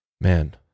man